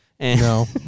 No